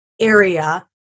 area